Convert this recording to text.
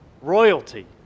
royalty